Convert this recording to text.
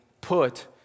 put